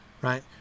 right